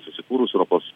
susikūrus europos